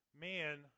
man